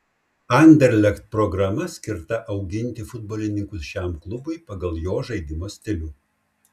anderlecht programa skirta auginti futbolininkus šiam klubui pagal jo žaidimo stilių